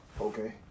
Okay